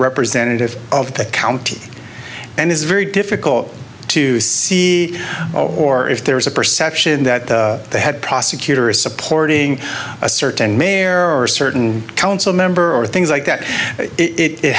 representative of the county and it's very difficult to see or if there is a perception that they had prosecutors supporting a certain may air or certain council member or things like that it